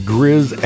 Grizz